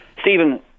Stephen